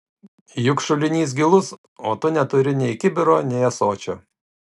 juk šulinys gilus o tu neturi nei kibiro nei ąsočio